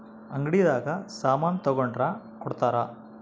ಅಂಗಡಿ ದಾಗ ಸಾಮನ್ ತಗೊಂಡ್ರ ಕೊಡ್ತಾರ